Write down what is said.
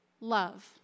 Love